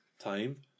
time